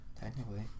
technically